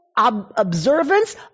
Observance